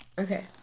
Okay